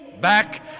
back